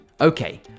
Okay